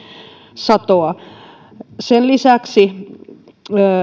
satoa sen lisäksi